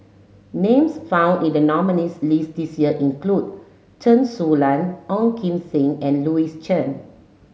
names found in the nominees list this year include Chen Su Lan Ong Kim Seng and Louis Chen